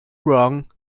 wrong